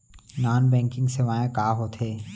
non banking सेवाएं का होथे